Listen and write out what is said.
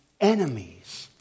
enemies